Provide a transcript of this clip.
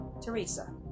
Teresa